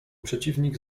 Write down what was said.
przeciwnik